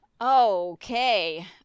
okay